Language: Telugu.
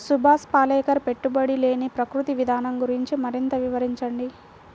సుభాష్ పాలేకర్ పెట్టుబడి లేని ప్రకృతి విధానం గురించి మరింత వివరించండి